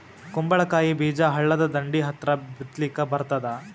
ಕುಂಬಳಕಾಯಿ ಬೀಜ ಹಳ್ಳದ ದಂಡಿ ಹತ್ರಾ ಬಿತ್ಲಿಕ ಬರತಾದ?